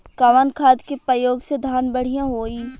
कवन खाद के पयोग से धान बढ़िया होई?